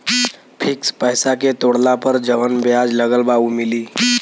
Fix पैसा के तोड़ला पर जवन ब्याज लगल बा उ मिली?